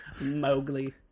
Mowgli